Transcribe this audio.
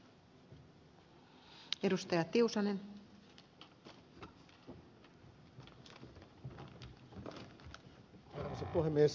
arvoisa puhemies